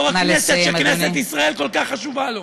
יו"ר הכנסת, שכנסת ישראל כל כך חשובה לו,